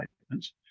statements